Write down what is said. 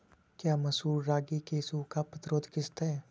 क्या मसूर रागी की सूखा प्रतिरोध किश्त है?